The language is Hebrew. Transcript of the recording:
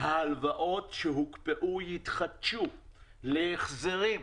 ההלוואות שלהם שהוקפאו יתחדשו ויתחילו ההחזרים.